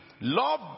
love